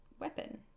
weapon